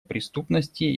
преступности